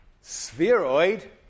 spheroid